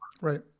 right